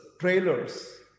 Trailers